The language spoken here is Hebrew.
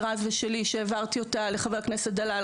רז ושלי שהעברתי אותה לחבר הכנסת דלל,